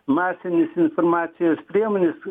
masinės informacijos priemonės